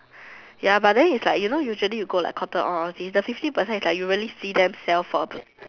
ya but then is like you know usually you go like Cotton on all these the fifty percent is you really see them sell for